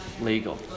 legal